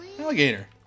Alligator